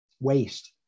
waste